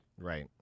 Right